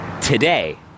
today